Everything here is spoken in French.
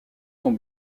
sont